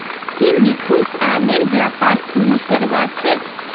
की मिथुन आमेर व्यापार शुरू करवार छेक